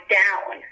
down